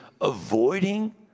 avoiding